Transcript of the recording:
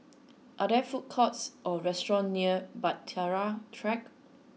are there food courts or restaurants near Bahtera Track